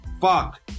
fuck